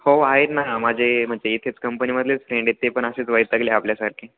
हो आहेत ना माझे म्हणजे इथेच कंपनीमधलेच फ्रेंड आहेत ते पण असेच वैतागले आपल्यासारखे